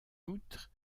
outre